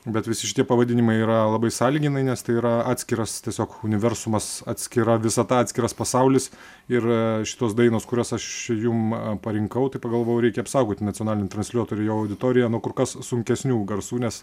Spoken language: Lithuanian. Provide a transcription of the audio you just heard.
bet visi šitie pavadinimai yra labai sąlyginai nes tai yra atskiras tiesiog universumas atskira visata atskiras pasaulis ir šitos dainos kurias aš jum parinkau tai pagalvojau reikia apsaugot nacionalinį transliuotoją ir jo auditoriją nuo kur kas sunkesnių garsų nes